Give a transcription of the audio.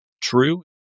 true